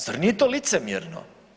Zar nije to licemjerno?